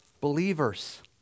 believers